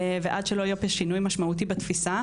ועד שלא יהיה פה שינוי משמעותי בתפיסה,